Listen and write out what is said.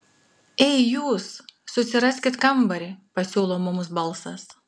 ei jūs susiraskit kambarį pasiūlo mums balsas